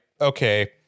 okay